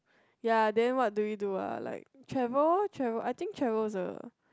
ya then what do we do ah like travel travel I think travel is a